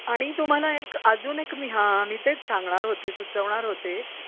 आणि तुम्हाला एक अजून एक मी हा मी तेच सांगणार होते सुचवणार होते